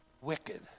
wicked